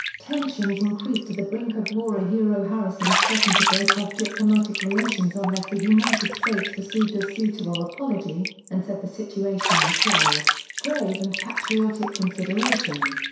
tensions increased to the brink of war ah yeah harrison threatened to break off diplomatic relations unless the united states received a suitable apology, and said the situation required, grave and patriotic consideration.